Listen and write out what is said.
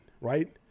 right